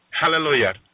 Hallelujah